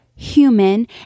human